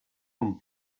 con